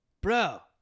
bro